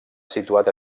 situat